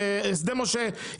שדה משה.